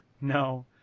No